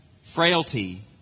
frailty